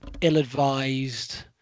ill-advised